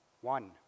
One